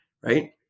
Right